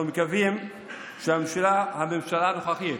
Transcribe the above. אנחנו מקווים שהממשלה הנוכחית